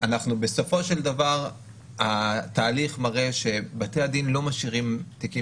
התהליך מראה שבתי הדין לא משאירים תיקים